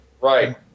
Right